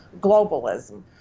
globalism